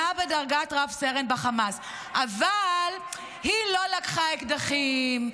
--- אבל היא לא לקחה אקדחים,